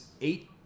eight